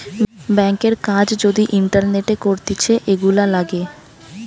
ব্যাংকের কাজ যদি ইন্টারনেটে করতিছে, এগুলা লাগে